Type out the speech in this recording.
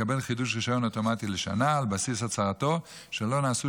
יקבל חידוש רישיון אוטומטי לשנה על בסיס הצהרתו שלא נעשו